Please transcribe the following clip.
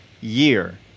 year